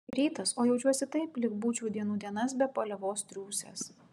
rytas o jaučiuosi taip lyg būčiau dienų dienas be paliovos triūsęs